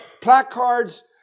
placards